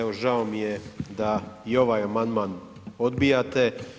Evo žao mi je da i ovaj amandman odbijate.